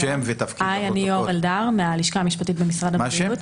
אני מהלשכה המשפטית במשרד הבריאות.